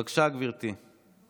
בבקשה, גברתי.